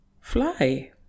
fly